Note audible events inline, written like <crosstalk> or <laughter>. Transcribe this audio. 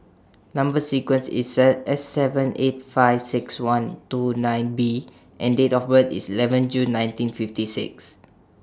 Number sequence IS <unintelligible> S seven eight five six one two nine B and Date of birth IS eleven June nineteen fifty six